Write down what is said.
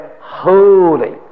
holy